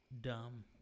dumb